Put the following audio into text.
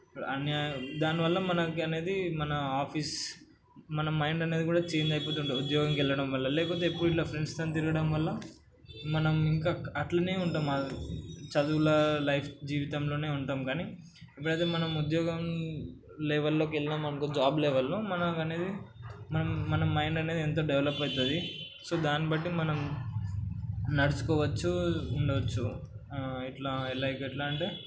దానివల్ల మనకి అనేది మన ఆఫీస్ మన మైండ్ అనేది కూడా చేంజ్ అయిపోతూ ఉంటుంది ఉద్యోగంకి వెళ్ళడం వల్ల లేకపోతే ఎప్పుడు ఇట్లా ఫ్రెండ్స్తోనే తిరగటం వల్ల మనం ఇంకా అట్లనే ఉంటాము చదువుల లైఫ్ జీవితంలోనే ఉంటాము కానీ ఎప్పుడైతే మనం ఉద్యోగం లెవెల్లోకి వెళ్ళామనుకో జాబ్ లెవెల్లో మనకి అనేది మన మన మైండ్ అనేది ఎంతో డెవలప్ అవుతుంది సో దాన్నిబట్టి మనం నడుచుకోవచ్చు ఉండవచ్చు ఇట్లా లైక్ ఎట్లా అంటే